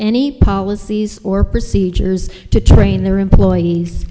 any policies or procedures to train their employees